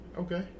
Okay